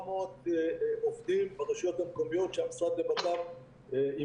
עובדים של המשרד לבט"פ ברשויות המקומיות,